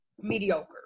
mediocre